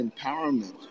empowerment